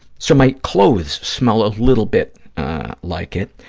so my clothes smell a little bit like it.